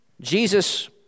Jesus